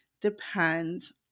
depends